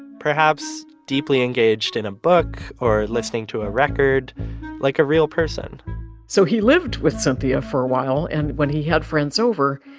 perhaps deeply engaged in a book or listening to a record like a real person so he lived with cynthia for awhile and when he had friends over,